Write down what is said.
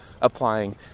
applying